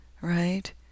right